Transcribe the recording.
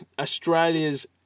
Australia's